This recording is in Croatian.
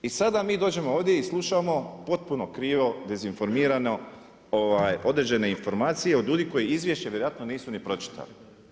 I sada mi dođemo ovdje i slušamo potpuno krivo dezinformirano određene informacije od ljudi koji izvješće vjerojatno nisu ni pročitali.